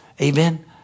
Amen